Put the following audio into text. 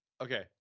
Okay